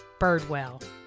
Birdwell